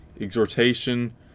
exhortation